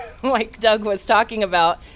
like doug was talking about.